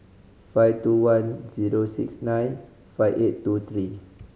five two one zero six nine five eight two three